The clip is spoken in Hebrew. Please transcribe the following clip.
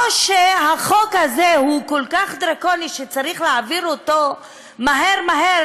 או שהחוק הזה כל כך דרקוני שצריך להעביר אותו מהר מהר,